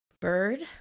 bird